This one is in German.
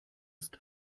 ist